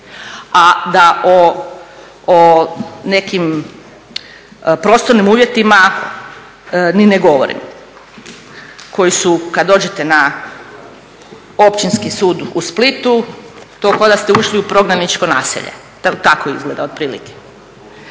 A da o nekim prostornim uvjetima ni ne govorim, koji su kada dođete na Općinski sud u Splitu to ko da ste ušli u prognaničko naselje, tako izgleda otprilike.